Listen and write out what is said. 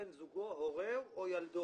בן זוגו, הורה או ילדו.